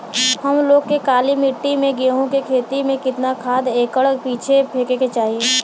हम लोग के काली मिट्टी में गेहूँ के खेती में कितना खाद एकड़ पीछे फेके के चाही?